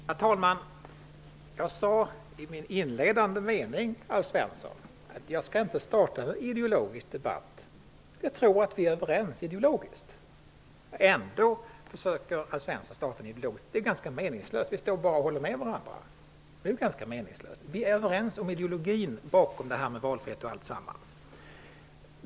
Herr talman! Jag sade i min inledande mening, Alf Svensson, att jag inte skulle starta någon ideologisk debatt. Jag tror att vi är överens ideologiskt. Ändå försöker Alf Svensson göra detta. Det är ganska meningslöst. Vi står ju bara och håller med varandra. Vi är överens om ideologin bakom valfriheten och allt det andra.